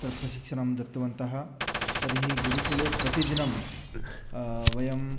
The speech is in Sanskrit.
तत् प्रशिक्षणं दत्तवन्तः तर्हि गुरुकुले प्रतिदिनं वयं